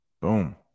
boom